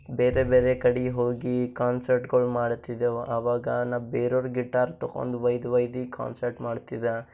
ಬೇರೆ ಬೇರೆ ಕಡೆ ಹೋಗಿ ಕಾನ್ಸರ್ಟ್ಗಳು ಮಾಡ್ತಿದ್ದೆವು ಆವಾಗ ನಾನು ಬೇರೆಯವರ ಗಿಟಾರ್ ತೊಗೊಂಡು ಒಯ್ದು ಒಯ್ದು ಕಾನ್ಸರ್ಟ್ ಮಾಡ್ತಿದ್ದೆ